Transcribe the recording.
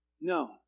No